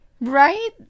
Right